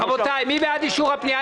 רבותי, מי בעד אישור הפנייה?